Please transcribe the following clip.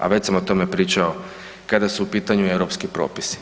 A već sam o tome pričao kada su u pitanju europski propisi.